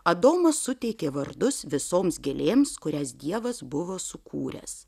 adomas suteikė vardus visoms gėlėms kurias dievas buvo sukūręs